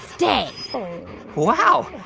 stay wow,